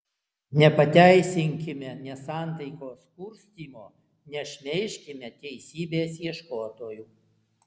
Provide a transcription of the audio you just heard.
nepateisinkime nesantaikos kurstymo nešmeižkime teisybės ieškotojų